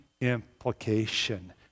implication